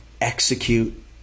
execute